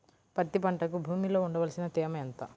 పత్తి పంటకు భూమిలో ఉండవలసిన తేమ ఎంత?